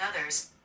others